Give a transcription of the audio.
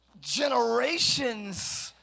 generations